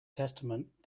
testament